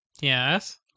Yes